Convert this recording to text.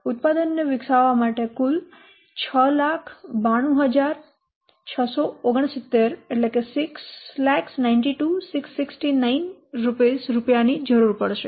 ઉત્પાદનને વિકસાવવા માટે કુલ 692669 રૂપિયા ની જરૂર પડશે